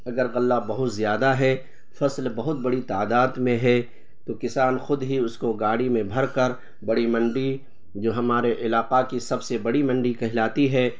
اگر غلہ بہت زیادہ ہے فصل بہت بڑی تعداد میں ہے تو کسان خود ہی اس کو گاڑی میں بھر کر بڑی منڈی جو ہمارے علاقہ کی سب سے بڑی منڈی کہلاتی ہے